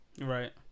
Right